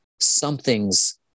something's